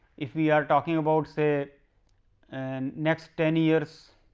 if we are talking about say and next ten years,